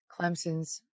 Clemson's